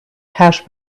hash